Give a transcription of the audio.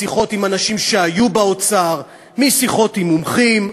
משיחות עם אנשים שהיו באוצר, משיחות עם מומחים.